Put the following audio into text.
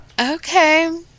Okay